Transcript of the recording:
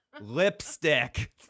Lipstick